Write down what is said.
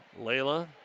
Layla